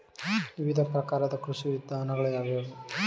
ವಿವಿಧ ಪ್ರಕಾರದ ಕೃಷಿ ವಿಧಾನಗಳು ಯಾವುವು?